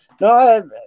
No